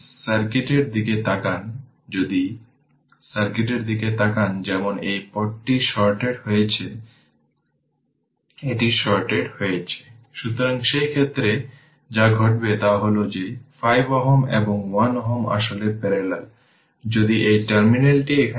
এর power 2 t3 যেটা t 0 এর জন্য এই ধরনের ইন্টিগ্রেশন আমরা আগে দেখেছি তাই সরাসরি লিখছি